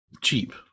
cheap